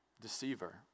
deceiver